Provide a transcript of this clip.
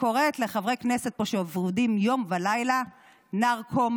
וקוראת לחברי כנסת פה שעובדים יום ולילה "נרקומנים".